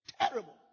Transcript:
Terrible